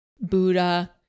Buddha